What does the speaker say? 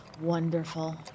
wonderful